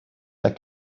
their